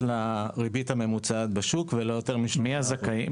לריבית הממוצעת בשוק ולא יותר משלושה אחוזים.